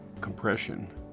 compression